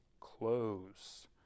close